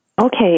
Okay